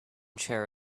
chair